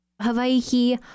Hawaii